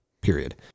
period